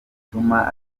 rituma